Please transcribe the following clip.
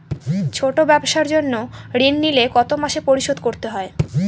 ছোট ব্যবসার জন্য ঋণ নিলে কত মাসে পরিশোধ করতে হয়?